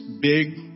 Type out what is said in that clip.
big